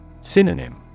Synonym